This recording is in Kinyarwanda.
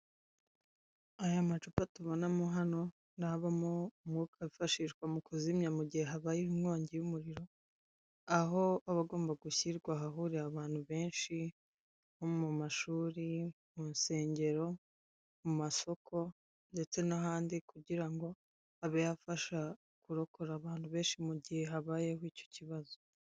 Aya macupa tubonamo hano n'abamo umwuka wifashishwa mukuzimya mugihe habaye inkongi y'umuriro, aho aba agomba gushyirwa ahahurira abantu benshi nko mu mashuri, mu nsugero, mu masoko ndetse n'ahandi kugirango abe yafasha kurokora abantu benshi mugihe habayeho icyo kibazo.